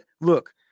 look